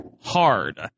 Hard